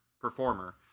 performer